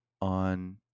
on